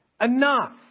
enough